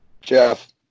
Jeff